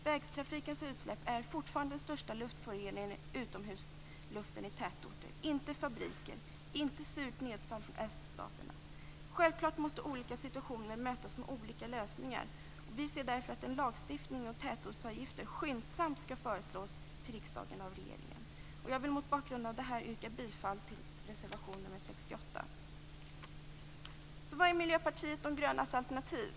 Vägtrafikens utsläpp är fortfarande den största luftföroreningen i utomhusluften i tätorter - inte fabriker, inte surt nedfall från öststaterna. Självklart måste olika situationer mötas med olika lösningar. Vi anser därför att en lagstiftning om tätortsavgifter skyndsamt skall föreslås till riksdagen av regeringen. Jag vill mot bakgrund av detta yrka bifall till reservation 68. Så vad är Miljöpartiet de grönas alternativ?